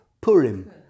Purim